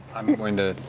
i'm going to